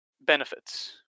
benefits